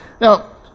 Now